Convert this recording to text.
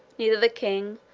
neither the king,